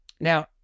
now